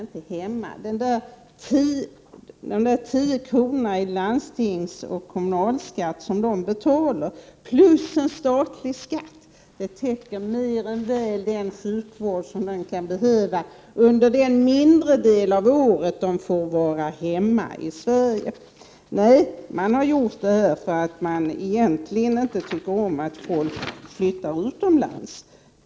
De tio kronor i kommunal och landstingskommunal skatt plus statlig skatt som utlandspensionärerna betalar täcker mer än väl den sjukvård som de kan behöva under den mindre del av året de är hemma i Sverige. Nej, man har infört denna regel därför att man egentligen inte tycker om att folk flyttar utomlands.